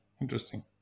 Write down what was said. Interesting